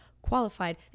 qualified